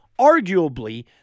arguably